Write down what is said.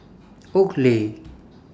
Oakley